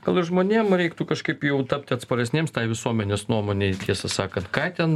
gal ir žmonėm reiktų kažkaip jau tapti atsparesniems tai visuomenės nuomonei tiesą sakant ką ten